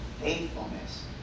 faithfulness